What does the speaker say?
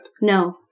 No